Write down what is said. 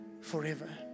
forever